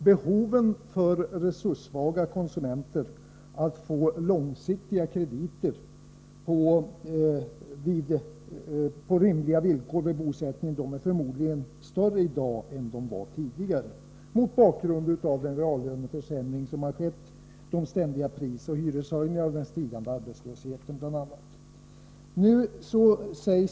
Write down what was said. Behoven för resurssvaga konsumenter att vid bosättning få långsiktiga krediter på rimliga villkor är förmodligen större i dag än de var tidigare, bl.a. mot bakgrund av den reallöneförsämring som har skett, de ständiga prisoch hyreshöjningarna och den stigande arbetslösheten.